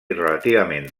relativament